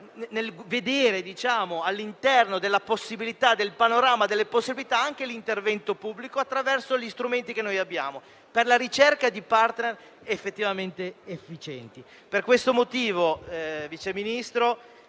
contempla, all'interno del panorama delle possibilità, anche l'intervento pubblico attraverso gli strumenti che abbiamo, per la ricerca di *partner* realmente efficienti. Per questo motivo, a nome